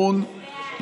ההסתייגות לא התקבלה.